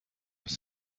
have